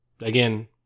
again